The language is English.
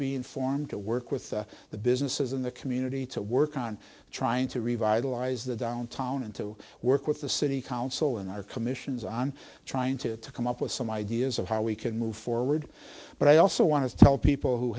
being formed to work with the businesses in the community to work on trying to revitalize the downtown and to work with the city council in our commissions on trying to come up with some ideas of how we can move forward but i also want to tell people who